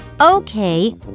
Okay